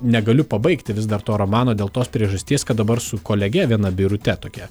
negaliu pabaigti vis dar to romano dėl tos priežasties kad dabar su kolege viena birute tokia